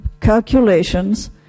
calculations